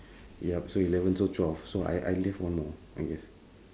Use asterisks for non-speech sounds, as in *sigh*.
*breath* ya so eleven so twelve so I left one more I guess